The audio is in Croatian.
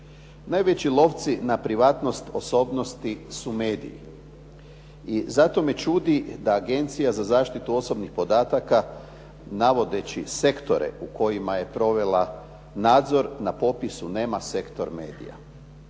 Najveći lovci na privatnost osobnosti su mediji i zato me čudi da Agencija za zaštitu osobnih podataka navodeći sektore u kojima je provela nadzor na popisu nema sektor medija.